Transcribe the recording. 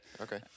okay